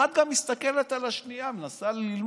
אחת גם מסתכלת על השנייה, מנסה ללמוד.